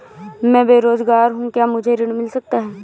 मैं बेरोजगार हूँ क्या मुझे ऋण मिल सकता है?